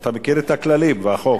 ואתה מכיר את הכללים ואת החוק.